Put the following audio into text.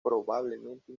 probablemente